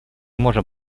можем